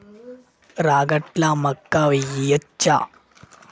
రాగట్ల మక్కా వెయ్యచ్చా?